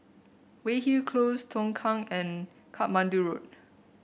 Weyhill Close Tongkang and Katmandu Road